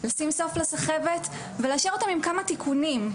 לשים סוף לסחבת ולאשר אותן עם כמה תיקונים.